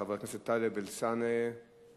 חבר הכנסת טלב אלסאנע נמצא.